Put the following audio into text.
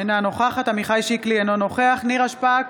אינה נוכחת עמיחי שיקלי, אינו נוכח נירה שפק,